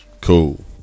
cool